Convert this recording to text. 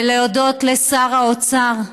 ולהודות לשר האוצר,